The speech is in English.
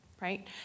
Right